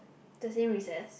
the same recess